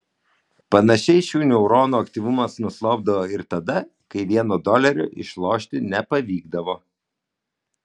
panašiai šių neuronų aktyvumas nuslopdavo ir tada kai vieno dolerio išlošti nepavykdavo